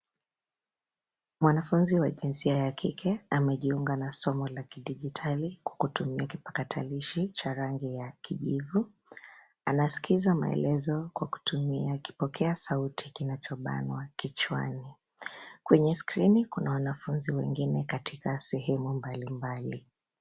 Mwanafunzi wa jinsia ya kike amejiunga na somo la kidijitali kwa kutumia kipakatalishi cha rangi ya kijivu. Anaskiza maelezo kwa kutumia kipokea sauti kinachobanwa kichwani. Kwenye skrini kuna wanafunzi wengine katika sehemu mbalimbali.